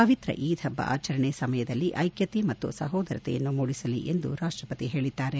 ಪವಿತ್ರ ಈದ್ ಹಬ್ಬ ಆಚರಣೆ ಸಮಾಜದಲ್ಲಿ ಐಕ್ಕತೆ ಮತ್ತು ಸಹೋದರತೆಯನ್ನು ಮೂಡಿಸಲಿ ಎಂದು ರಾಷ್ಟಪತಿ ಹೇಳಿದ್ದಾರೆ